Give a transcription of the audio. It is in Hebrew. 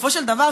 בסופו של דבר,